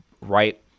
Right